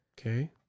Okay